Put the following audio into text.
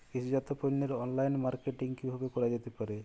কৃষিজাত পণ্যের online marketing কিভাবে করা যেতে পারে?